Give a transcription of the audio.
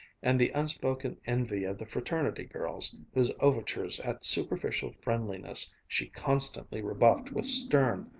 and the unspoken envy of the fraternity girls, whose overtures at superficial friendliness she constantly rebuffed with stern,